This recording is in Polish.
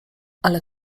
ale